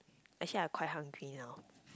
actually I quite hungry now